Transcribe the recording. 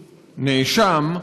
הנאשם,